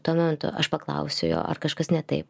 tuo momentu aš paklausiau jo ar kažkas ne taip